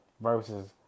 Versus